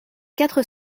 quatre